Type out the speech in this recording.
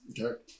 okay